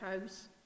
house